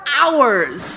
hours